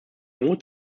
mut